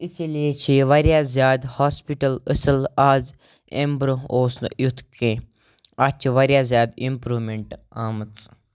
اسی لیے چھِ یہِ واریاہ زیادٕ ہاسپِٹل أصٕل آز امہِ بروںٛہہ اوس نہٕ ایُتھ کینٛہہ اَتھ چھِ واریاہ زیادٕ اِمپرٛوٗمٮ۪نٛٹہٕ آمٕژ